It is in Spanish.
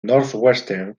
northwestern